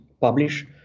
publish